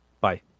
Bye